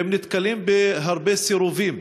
והם נתקלים בהרבה סירובים